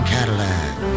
Cadillac